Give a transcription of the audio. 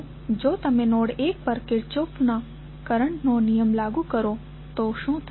તો જો તમે નોડ 1 પર કિર્ચોફનો કરંટનો નિયમ લાગુ કરો તો શું થશે